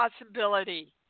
possibility